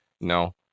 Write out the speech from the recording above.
no